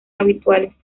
habituales